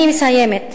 אני מסיימת,